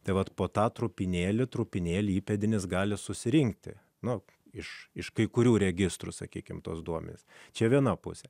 tai vat po tą trupinėlį trupinėlį įpėdinis gali susirinkti lauk iš iš kai kurių registrų sakykime tuos duomenis čia viena pusė